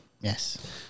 Yes